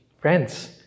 Friends